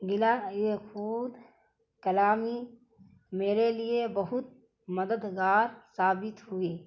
گلا یہ خود کلامی میرے لیے بہت مددگار ثابت ہوئی